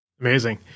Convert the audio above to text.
Amazing